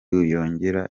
yongera